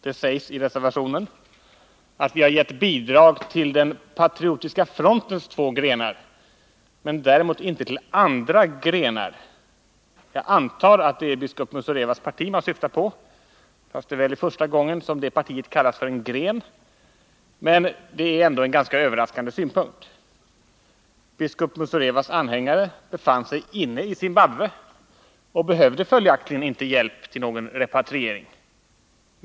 Det sägs i reservationen att vi har gett bidrag till den Patriotiska frontens två grenar, men däremot inte till andra ”grenar”. Jag antar att det är biskop Muzorewas parti som han syftar på. Det är väl första gången som det partiet kallas för en gren, men det är framför allt en överraskande synpunkt. Biskop Muzorewas anhängare befann sig inne i Zimbabwe och behövde följaktligen inte hjälp till någon repatriering.